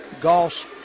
Goss